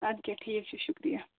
اَدٕ کیٛاہ ٹھیٖک چھُ شُکریہ